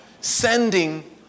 sending